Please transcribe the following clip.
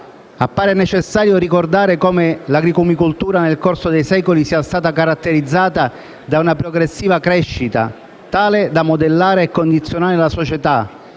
Appare necessario ricordare come l'agrumicoltura nel corso dei secoli sia stata caratterizzata da una progressiva crescita, tale da modellare e condizionare la società,